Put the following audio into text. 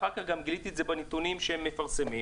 וגיליתי את זה גם בנתונים שהם מפרסמים,